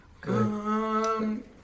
Good